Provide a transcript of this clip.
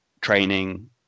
training